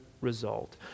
result